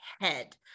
head